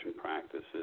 practices